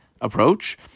approach